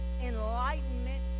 enlightenment